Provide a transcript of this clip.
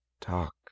talk